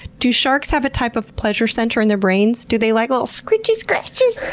do sharks have a type of pleasure center in their brains? do they like little scritchy-scratchies?